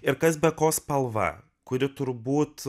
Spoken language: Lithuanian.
ir kas be ko spalva kuri turbūt